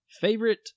favorite